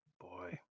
boy